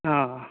हॅं